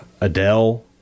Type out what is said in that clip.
adele